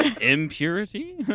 Impurity